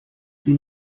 sie